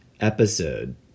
episode